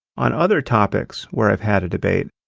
on other topics where i've had a debate,